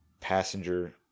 passenger